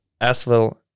Aswell